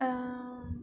uh